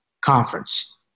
conference